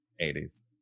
80s